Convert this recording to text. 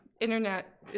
Internet